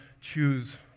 choose